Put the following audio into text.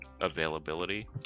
availability